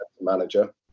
manager